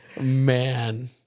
Man